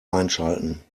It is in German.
einschalten